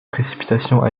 précipitations